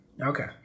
okay